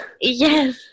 Yes